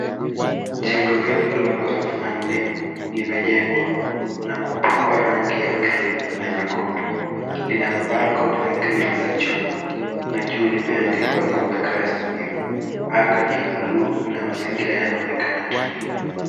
Jengo refu la ghorofa nne limejengwa na kupakwa rangi ya cream na nyekundu. Lina mabalcony na grill za chuma na juu limeandikwa North Christ View. Anga ni ya buluu na mazingira yanaonekana tulivu.